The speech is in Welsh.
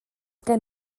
gen